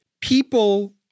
People